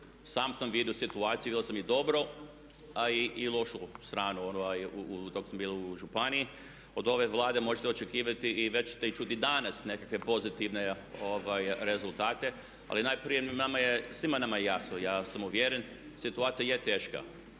Sam sam vidio situaciju, vidio sam i dobro a i lošu stranu dok sam bil u županiji. Od ove Vlade možete očekivati i već ste čuli i danas nekakve pozitivne rezultate ali najprije svima nam je jasno. Ja sam uvjeren, situacija je teška